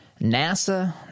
NASA